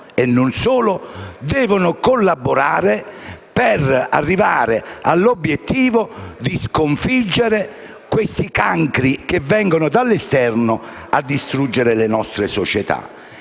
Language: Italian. (e non solo) devono collaborare per arrivare all'obiettivo di sconfiggere questi cancri che vengono dall'esterno a distruggere le nostre società.